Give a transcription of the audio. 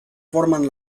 forman